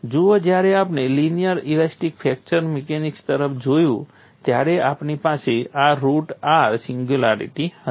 જુઓ જ્યારે આપણે લિનિયર ઇલાસ્ટિક ફ્રેક્ચર મિકેનિક્સ તરફ જોયું ત્યારે આપણી પાસે આ રુટ r સિંગ્યુલારિટી હતી